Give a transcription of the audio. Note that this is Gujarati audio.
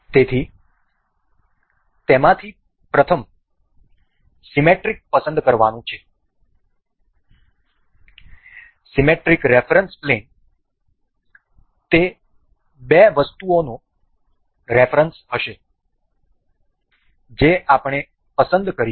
તેથી તેમાંથી પ્રથમ સીમેટ્રિક પસંદ કરવાનું છે સીમેટ્રિક રેફરન્સ પ્લેન તે બે વસ્તુઓનો રેફરન્સ હશે જે આપણે પસંદ કરીશું